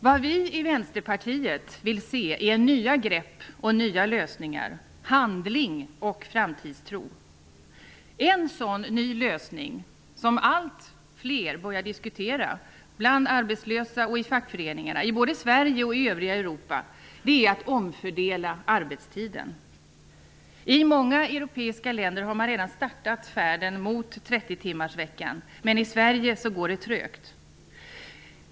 Vad vi i Vänsterpartiet vill se är nya grepp och lösningar, handling och framtidstro. En sådan ny lösning, som alltmer börjar diskuteras bland arbetslösa och i fackföreningarna i både Sverige och övriga Europa, är en omfördelning av arbetstiden. I många europeiska länder har man redan startat färden mot 30-timmarsveckan, men i Sverige går det trögt.